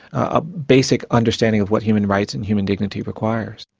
a basic understanding of what human rights and human dignity requires.